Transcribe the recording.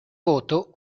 voto